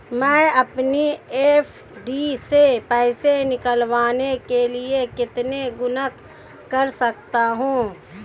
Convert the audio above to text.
मैं अपनी एफ.डी से पैसे निकालने के लिए कितने गुणक कर सकता हूँ?